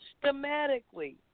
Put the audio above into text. systematically